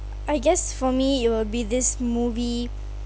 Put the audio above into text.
I guess for me it will be this movie